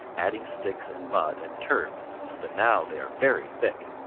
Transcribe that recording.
adding sticks and mud and turf, so that now they are very thick.